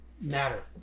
matter